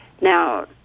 Now